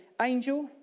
angel